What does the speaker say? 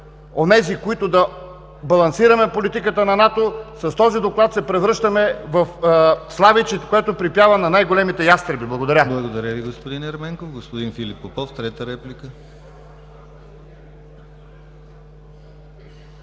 онези, които да балансираме политиката на НАТО, с този доклад се превръщаме в славейчето, което припява на най-големите ястреби. Благодаря. ПРЕДСЕДАТЕЛ ДИМИТЪР ГЛАВЧЕВ: Благодаря Ви, господин Ерменков. Господин Филип Попов – трета реплика.